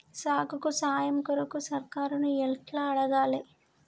సాగుకు సాయం కొరకు సర్కారుని ఎట్ల అడగాలే?